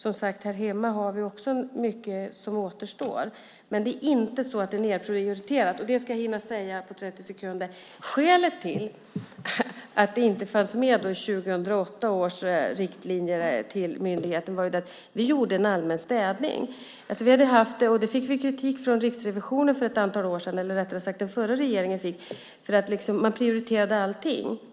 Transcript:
Som sagt, här hemma är det också mycket som återstår. Men det är inte så att detta är nedprioriterat. Skälet till att det inte fanns med i 2008 års riktlinjer till polismyndigheten var att vi gjorde en allmän städning. Vi fick kritik från Riksrevisionen för ett antal år sedan - eller rättare sagt den förra regeringen - för att allting prioriterades.